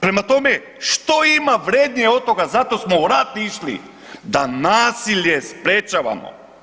Prema tome, što ima vrijednije od toga, za to smo u rat išli, da nasilje sprečavamo.